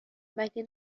مگه